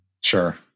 sure